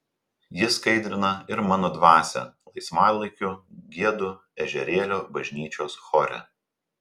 ji skaidrina ir mano dvasią laisvalaikiu giedu ežerėlio bažnyčios chore